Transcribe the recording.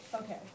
okay